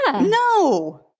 no